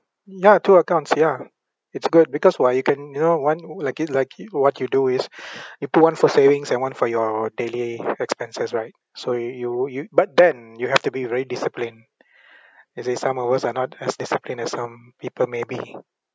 ya two accounts ya it's good because why you can you know one like it like i~ what you do is you put one for savings and one for your daily expenses right so you you but then you have to be very disciplined as in some of us are not as disciplined as some people may be